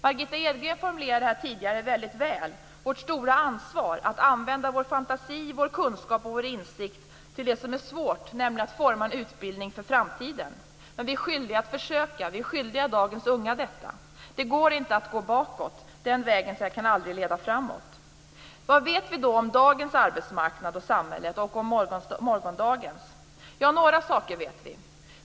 Margitta Edgren formulerade detta tidigare väldigt väl. Hon talade om vårt stora ansvar att använda vår fantasi, vår kunskap och vår insikt till det som är svårt, nämligen att forma en utbildning för framtiden. Men vi är skyldiga dagens unga att försöka. Det går inte att gå bakåt. En sådan väg kan aldrig leda framåt. Vad vet vi då om dagens och morgondagens arbetsmarknad och samhälle? Jo, några saker vet vi.